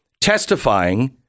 Testifying